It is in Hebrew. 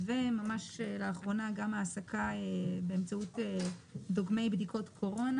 וממש לאחרונה גם העסקה באמצעות דוגמי בדיקות קורונה.